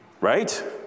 right